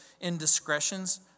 indiscretions